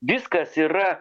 viskas yra